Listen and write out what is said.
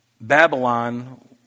Babylon